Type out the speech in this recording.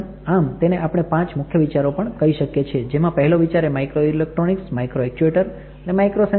આમ તેને આપણે પાંચ મુખ્ય વિચારો પણ કહી શકીએ છીએ જેમાં પહેલો વિચાર એ માઈક્રોઇલેકટ્રોનિકસ માઈક્રોએક્ચ્યુએટર અને માઈક્રોસેન્સર્સ છે